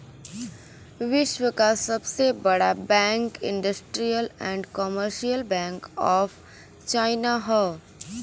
विश्व क सबसे बड़ा bank industrial and commercial bank of China हौ